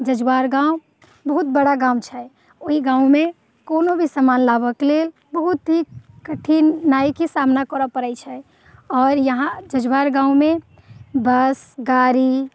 जजुआर गाम बहुत बड़ा गाम छै ओहि गाममे कोनो भी सामान लाबऽके लेल बहुत ही कठिनाइके सामना करऽ पड़ै छै आओर यहाँ जजुआर गाममे बस गाड़ी